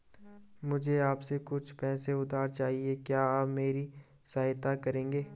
मुझे आपसे कुछ पैसे उधार चहिए, क्या आप मेरी सहायता करेंगे?